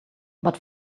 but